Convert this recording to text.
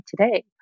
today